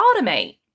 automate